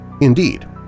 Indeed